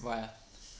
why ah